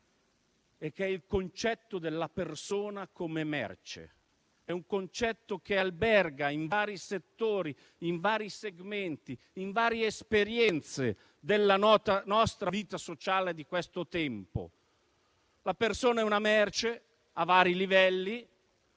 ed è il concetto della persona come merce, un concetto che alberga in vari settori, in vari segmenti, in varie esperienze della nostra vita sociale di questo tempo. La persona è una merce a vari livelli;